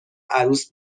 عروس